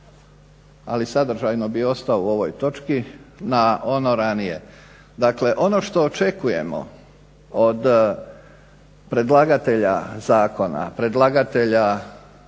ali sadržajno bih ostao u ovoj točki, na ono ranije. Dakle, ono što očekujemo od predlagatelja zakona, predlagatelja